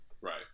right